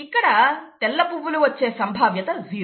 ఇక్కడ తెల్ల పువ్వులు వచ్చే సంభావ్యత జీరో